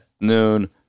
noon